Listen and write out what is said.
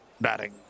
batting